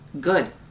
Good